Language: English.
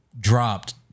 dropped